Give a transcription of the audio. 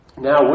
Now